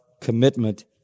commitment